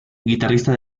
guitarrista